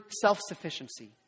self-sufficiency